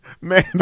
Man